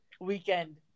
weekend